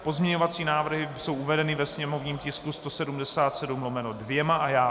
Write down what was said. Pozměňovací návrhy jsou uvedeny ve sněmovním tisku 177/2.